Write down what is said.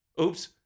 Oops